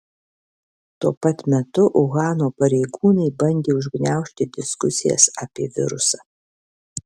tuo pat metu uhano pareigūnai bandė užgniaužti diskusijas apie virusą